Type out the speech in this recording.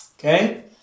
Okay